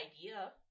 idea